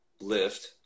lift